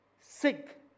Sick